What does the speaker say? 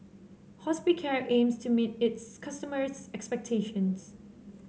Hospicare aims to meet its customers' expectations